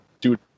dude